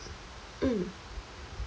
mm